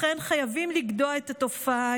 לכן חייבים לגדוע את התופעה.